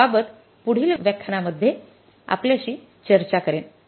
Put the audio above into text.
तर या याबाबत पुढील व्यख्यानांमध्ये आपल्याशी चर्चा करेन